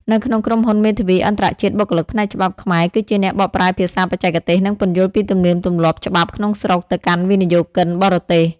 នៅក្នុងក្រុមហ៊ុនមេធាវីអន្តរជាតិ បុគ្គលិកផ្នែកច្បាប់ខ្មែរគឺជាអ្នកបកប្រែភាសាបច្ចេកទេស និងពន្យល់ពីទំនៀមទម្លាប់ច្បាប់ក្នុងស្រុកទៅកាន់វិនិយោគិនបរទេស។